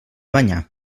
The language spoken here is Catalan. banyar